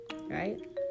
right